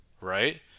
right